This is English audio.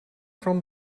from